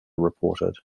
reported